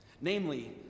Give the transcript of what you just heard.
namely